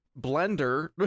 Blender